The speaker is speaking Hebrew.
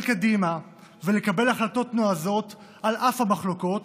קדימה ולקבל החלטות נועזות על אף המחלוקות,